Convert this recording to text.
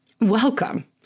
welcome